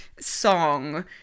song